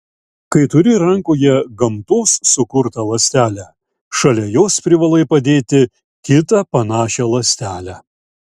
kai turi rankoje gamtos sukurtą ląstelę šalia jos privalai padėti kitą panašią ląstelę